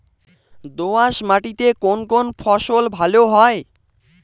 দোঁয়াশ মাটিতে কোন কোন ফসল ভালো হয়?